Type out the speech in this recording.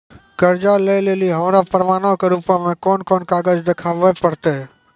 कर्जा लै लेली हमरा प्रमाणो के रूपो मे कोन कोन कागज देखाबै पड़तै?